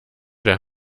der